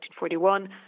1941